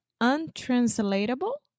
untranslatable